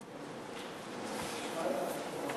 אין לי שאלות.